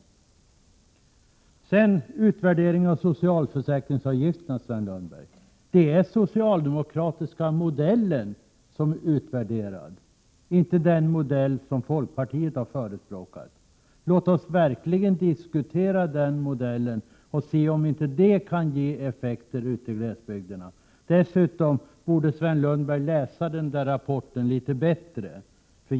Vad sedan gäller utvärderingen av socialförsäkringsavgifterna är det, Sven Lundberg, den socialdemokratiska modellen som utvärderas, inte den modell som folkpartiet förespråkar. Låt oss verkligen diskutera den modellen och se om den inte kan ge effekter ute i glesbygderna. Sven Lundberg borde dessutom läsa rapporten litet bättre.